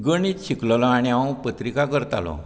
गणीत शिकलेलो आनी हांव पत्रीका करतालो